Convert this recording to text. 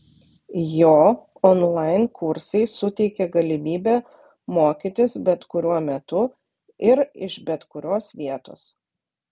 jo onlain kursai suteikė galimybę mokytis bet kuriuo metu ir iš bet kurios vietos